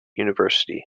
university